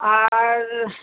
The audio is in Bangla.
আর